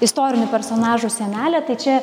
istorinių personažų sienelė tai čia